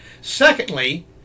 Secondly